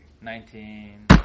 Nineteen